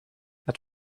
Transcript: het